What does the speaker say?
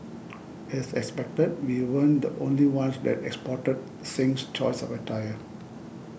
as expected we weren't the only ones that spotted Singh's choice of attire